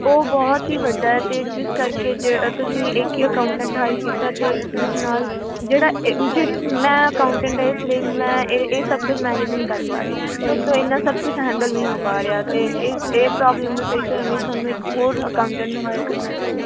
ਉਹ ਬਹੁਤ ਹੀ ਵੱਡਾ ਹੈ ਅਤੇ ਜਿਸ ਕਰਕੇ ਜਿਹੜਾ ਤੁਸੀਂ ਇੱਕ ਹੀ ਅਕਾਊਂਟੈਂਟ ਹਾਇਰ ਕੀਤਾ ਅਤੇ ਜਿਸ ਨਾਲ ਜਿਹੜਾ ਹੈ ਜਿਹੜੀ ਮੈਂ ਅਕਾਊਂਟੈਂਟ ਹੈ ਇਸ ਲਈ ਮੈਂ ਇਹ ਇਹ ਸਭ ਕੁਛ ਮੈਨੇਜ ਨਹੀਂ ਕਰ ਪਾ ਰਹੀ ਮੇਰੇ ਤੋਂ ਇੰਨਾ ਸਭ ਕੁੱਛ ਹੈਂਡਲ ਨਹੀਂ ਹੋ ਪਾ ਰਿਹਾ ਤਾਂ ਇਸ ਇਹ ਪ੍ਰੋਬਲਮ ਨੂੰ ਸਹੀ ਕਰਨ ਲਈ ਤੁਹਾਨੂੰ ਇੱਕ ਹੋਰ ਅਕਾਊਂਟੈਂਟ ਨੂੰ ਹਾਇਰ ਕਰਨਾ ਪਏਗਾ